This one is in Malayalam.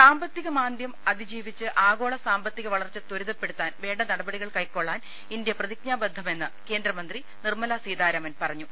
സാമ്പത്തിക മാന്ദ്യം അതിജീവിച്ച് ആഗോള സാമ്പ ത്തിക വളർച്ച ത്വരിതപ്പെടുത്താൻ വേണ്ട നടപടികൾ കൈക്കാ ള്ളാൻ ഇന്ത്യ പ്രതിജ്ഞാബദ്ധ മെന്ന് കേന്ദ്രമന്ത്രി നിർമ്മലാ സീതാരാമൻ പറഞ്ഞു